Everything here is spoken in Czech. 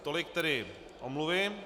Tolik tedy omluvy.